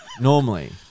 normally